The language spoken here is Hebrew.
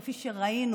כפי שראינו,